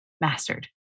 mastered